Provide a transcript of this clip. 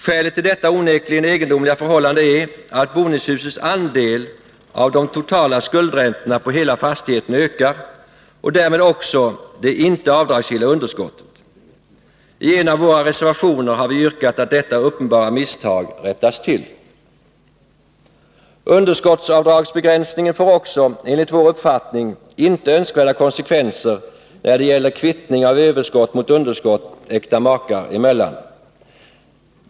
Skälet till detta onekligen egendomliga förhållande är att boningshusets andel av de totala skuldräntorna på hela fastigheten ökar och därmed också det inte avdragsgilla underskottet. I en av våra reservationer har vi yrkat att detta uppenbara misstag rättas till. Underskottsavdragsbegränsningen får enligt vår uppfattning inte önskvärda konsekvenser när det gäller kvittning av överskott mot underskott äkta makar emellan.